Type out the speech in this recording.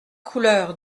couleur